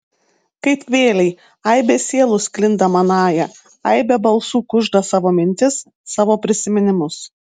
kaip vėlei aibė sielų sklinda manąja aibė balsų kužda savo mintis savo prisiminimus